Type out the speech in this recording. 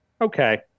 okay